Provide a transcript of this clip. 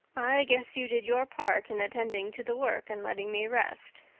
i guess you did your part in attending to the work and letting me rest,